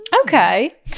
Okay